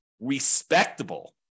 respectable